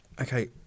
okay